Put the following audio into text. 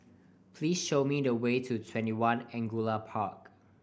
please show me the way to TwentyOne Angullia Park